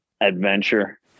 adventure